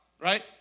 right